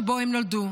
שבו הם נולדו.